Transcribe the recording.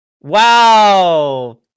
wow